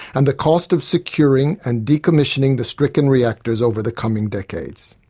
and the cost of securing and decommissioning the stricken reactors over the coming decades.